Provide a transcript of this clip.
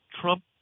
Trump